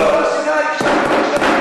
סליחה.